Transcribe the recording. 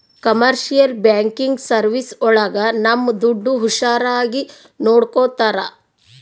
commercial banking service ಒಳಗ ನಮ್ ದುಡ್ಡು ಹುಷಾರಾಗಿ ನೋಡ್ಕೋತರ